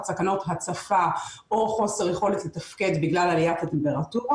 סכנות הצפה או חוסר יכולת לתפקד בגלל עליית הטמפרטורה,